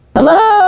Hello